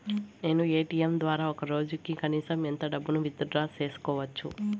నేను ఎ.టి.ఎం ద్వారా ఒక రోజుకి కనీసం ఎంత డబ్బును విత్ డ్రా సేసుకోవచ్చు?